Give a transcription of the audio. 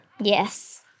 Yes